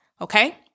okay